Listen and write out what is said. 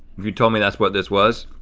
you told me that's what this was,